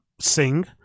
sing